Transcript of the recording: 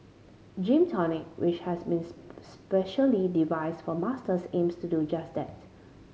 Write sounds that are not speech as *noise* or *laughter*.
Gym Tonic which has been *unintelligible* specially devised for Masters aims to do just that